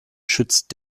schützt